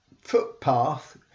footpath